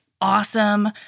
awesome